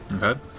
Okay